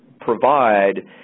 provide